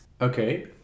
Okay